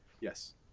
Yes